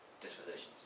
dispositions